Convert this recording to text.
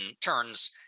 turns